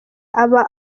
aba